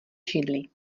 židli